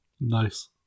Nice